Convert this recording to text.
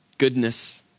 Goodness